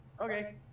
Okay